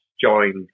joined